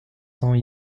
cents